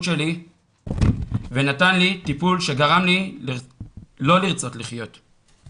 שלי ונתן לי טיפול שגרם לי לא לרצות לחיות,